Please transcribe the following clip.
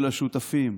של השותפים,